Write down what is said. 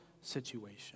situation